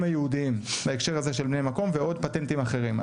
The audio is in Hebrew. היהודיים בהקשר הזה של בני מקום ועוד פטנטים אחרים,